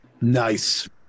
Nice